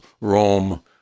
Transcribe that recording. Rome